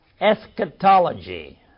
eschatology